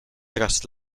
tras